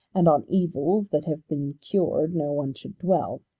and on evils that have been cured no one should dwell.